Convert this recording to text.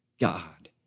God